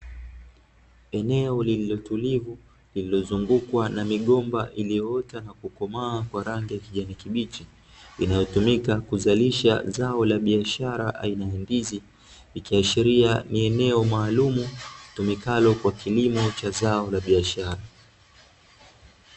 Eneo lililo tulivu lilizongukwa na migomba iliyoota na kukoma kwa rangi ya kijani kibichi linalotumika kuzalisha zao la bishara aina ya ndizi likiashiria ni eneo maalumu litumikalo kwa kilimo cha zao la biashara.